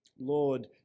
Lord